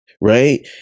right